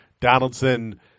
Donaldson